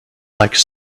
like